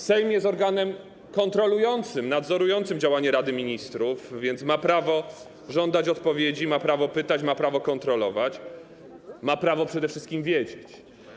Sejm jest organem kontrolującym, nadzorującym działanie Rady Ministrów, więc ma prawo żądać odpowiedzi, ma prawo pytać, ma prawo kontrolować, przede wszystkim ma prawo wiedzieć.